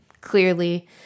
clearly